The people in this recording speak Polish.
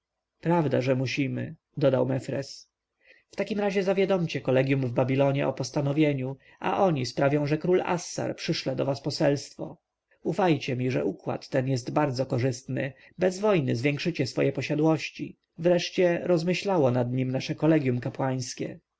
prawda że musimy dodał mefres w takim razie zawiadomcie kolegjum w babilonie o postanowieniu a oni sprawią że król assar przyszle do was poselstwo ufajcie mi że układ ten jest bardzo korzystny bez wojny zwiększycie swoje posiadłości wreszcie rozmyślało nad nim nasze kolegjum kapłańskie